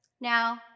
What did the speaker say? Now